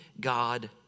God